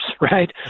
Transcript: right